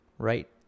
right